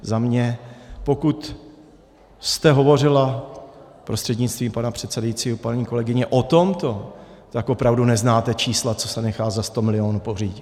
Za mě, pokud jste hovořila, prostřednictvím pana předsedajícího paní kolegyně, o tomto, tak opravdu neznáte čísla, co se nechá za sto milionů pořídit.